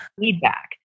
feedback